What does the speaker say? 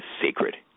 sacred